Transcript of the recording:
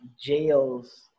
jails